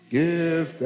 give